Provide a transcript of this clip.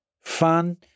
fun